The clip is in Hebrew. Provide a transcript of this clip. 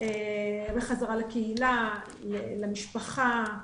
לחזרה לקהילה, למשפחה.